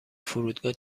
فرودگاه